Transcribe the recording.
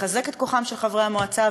לחזק את כוחם של חברי המועצה,